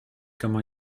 comment